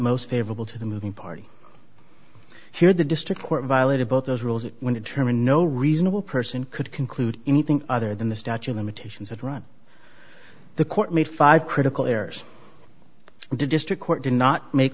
most favorable to the moving party here the district court violated both those rules when it term and no reasonable person could conclude anything other than the statue of limitations had run the court made five critical errors and the district court did not make